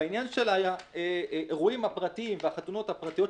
בעניין של האירועים הפרטיים והחתונות הפרטיות,